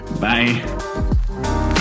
bye